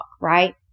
right